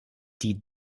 die